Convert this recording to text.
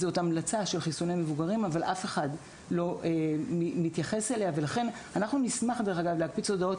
מדובר בהמלצה אבל אף אחד לא מתייחס אליה ולכן אנחנו נשמח להקפיץ הודעות